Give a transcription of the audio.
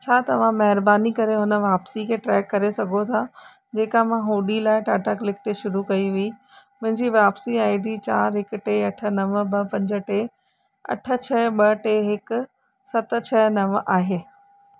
छा तव्हां महिरबानी करे हुन वापसी खे ट्रैक करे सघो था जेका मां हूडी लाइ टाटा क्लिक ते शुरू कई हुई मुंहिंजी वापसी आई डी चार हिकु टे अठ नव ॿ पंज टे अठ छह ॿ टे हिकु सत छह नव आहे